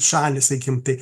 šalys sakykim tai